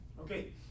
okay